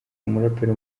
umuraperi